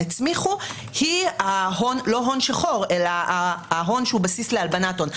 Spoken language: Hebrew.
הצמיחו היא לא הון שחור אלא ההון שהוא הבסיס להלבנת הון.